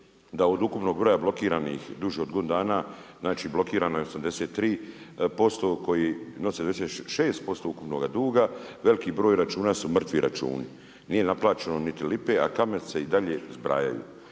da od ukupnog broja blokiranih duže od godine dana, znali blokirano je 83% koji nose 86% ukupnoga duga, veliki broj računa su mrtvi računi. Nije naplaćeno niti lipe, a kamate se i dalje zbrajaju.